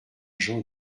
jean